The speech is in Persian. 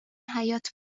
حیاط